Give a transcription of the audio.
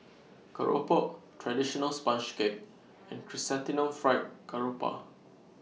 Keropok Traditional Sponge Cake and Chrysanthemum Fried Garoupa